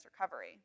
recovery